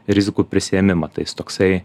rizikų prisiėmimą tai jis toksai